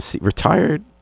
retired